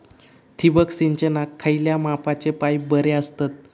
ठिबक सिंचनाक खयल्या मापाचे पाईप बरे असतत?